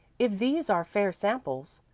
if these are fair samples.